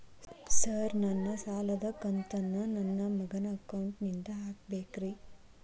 Sir ನನ್ನ ಸಾಲದ ಕಂತನ್ನು ನನ್ನ ಮಗನ ಅಕೌಂಟ್ ನಿಂದ ಹಾಕಬೇಕ್ರಿ?